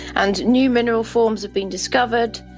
and new mineral forms have been discovered.